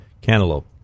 cantaloupe